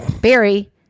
Barry